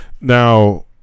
now